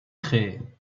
créé